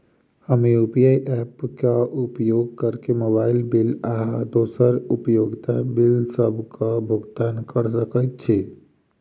हम UPI app क उपयोग करके मोबाइल बिल आ दोसर उपयोगिता बिलसबक भुगतान कर सकइत छि